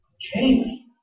Change